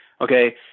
okay